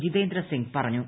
ജിതേന്ദ്രസിങ് പറഞ്ഞു